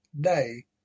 day